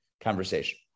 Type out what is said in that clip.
conversation